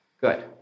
Good